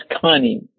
cunning